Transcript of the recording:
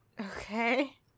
Okay